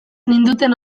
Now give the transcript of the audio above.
ninduten